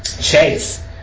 Chase